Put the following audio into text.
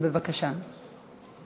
בבקשה.